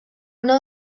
una